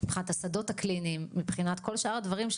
אני כבר אומר לפני הכול שיש כמה דברים שאני